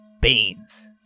Beans